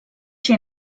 she